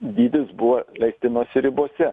dydis buvo leistinose ribose